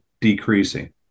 decreasing